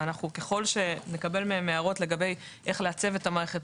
וככל שנקבל מהם הערות איך לעצב את המערכת,